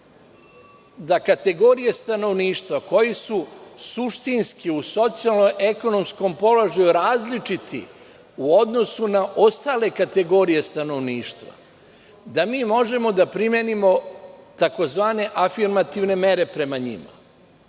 da kategorije stanovništva koji su suštinski u socijalno-ekonomskom položaju različiti, u odnosu na ostale kategorije stanovništva, da mi možemo da primenimo takozvane afirmativne mere prema njima.